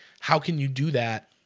how can you do that?